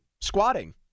squatting